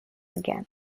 again